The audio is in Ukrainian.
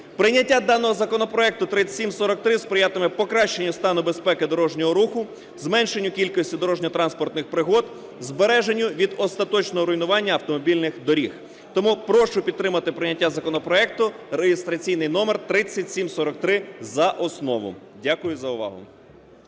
Прийняття даного законопроекту 3743 сприятиме покращенню стану безпеки дорожнього руху, зменшенню кількості дорожньо-транспортних пригод, збереженню від остаточного руйнування автомобільних доріг, тому прошу підтримати прийняття законопроекту реєстраційний номер 3743 за основу. Дякую за увагу.